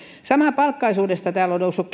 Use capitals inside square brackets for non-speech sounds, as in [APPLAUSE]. samapalkkaisuudesta täällä on noussut [UNINTELLIGIBLE]